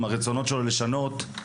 עם הרצון שלו לשנות,